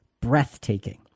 breathtaking